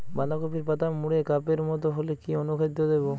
বাঁধাকপির পাতা মুড়ে কাপের মতো হলে কি অনুখাদ্য দেবো?